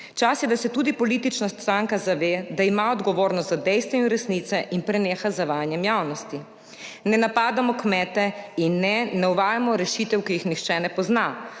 Čas je, da se tudi politična stranka zave, da ima odgovornost za dejstva in resnice, in preneha z zavajanjem javnosti. Ne napadamo kmetov in ne, ne uvajamo rešitev, ki jih nihče ne pozna.